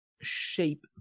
shape